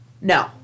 No